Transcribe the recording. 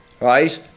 Right